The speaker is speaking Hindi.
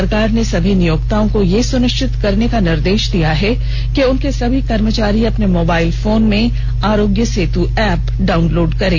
सरकार ने सभी नियोक्ताओं को यह सुनिश्चित करने के निर्देश दिए हैं कि उनके सभी कर्मचारी अपने मोबाईल फोन में आरोग्य सेतु एप डाउनलोड करें